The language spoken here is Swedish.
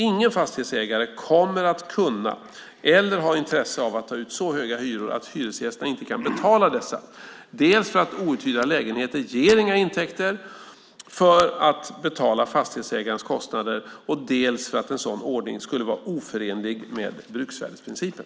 Ingen fastighetsägare kommer att kunna eller ha intresse av att ta ut så höga hyror att hyresgästerna inte kan betala dessa - dels för att outhyrda lägenheter inte ger några intäkter för att betala fastighetsägarens kostnader och dels för att en sådan ordning skulle vara oförenlig med bruksvärdesprincipen.